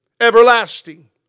everlasting